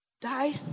die